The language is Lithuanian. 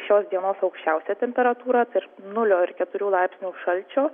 šios dienos aukščiausia temperatūra tarp nulio ir keturių laipsnių šalčio